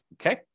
Okay